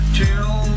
till